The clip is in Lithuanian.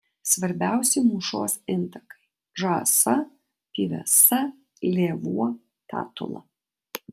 svarbiausi mūšos intakai žąsa pyvesa lėvuo tatula